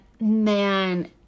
man